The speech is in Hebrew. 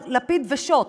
יאיר לפיד ושות',